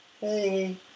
hey